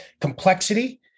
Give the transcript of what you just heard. complexity